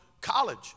college